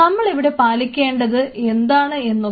നമ്മളിവിടെ പാലിക്കേണ്ടത് എന്താണ് എന്നൊക്കെ